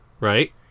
right